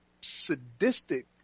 sadistic